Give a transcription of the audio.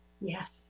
yes